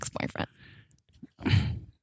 ex-boyfriend